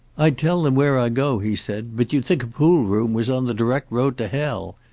i'd tell them where i go, he said, but you'd think a pool room was on the direct road to hell.